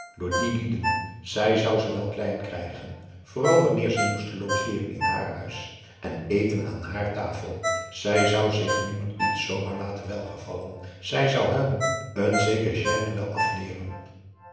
door die lieden zij zou ze wel klein krijgen vooral wanneer ze moesten logeeren in haar huis en eten aan haar tafel zij zou zich nimmer iets zoo maar laten welgevallen zij zou hun n zeker sans gène wel afleeren